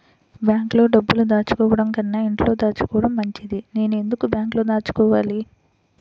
బ్యాంక్లో డబ్బులు దాచుకోవటంకన్నా ఇంట్లో దాచుకోవటం మంచిది నేను ఎందుకు బ్యాంక్లో దాచుకోవాలి?